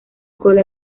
cola